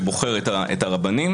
שבוחר את הרבנים.